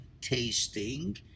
tasting